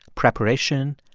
preparation,